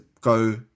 go